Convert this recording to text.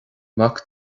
mac